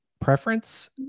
preference